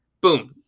boom